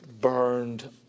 burned